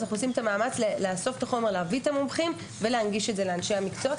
אנחנו עושים מאמץ לאסוף חומר ולהביא מומחים ולהנגיש את זה לאנשי המקצוע.